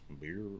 Beer